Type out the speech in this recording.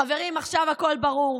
חברים, עכשיו הכול ברור.